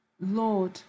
Lord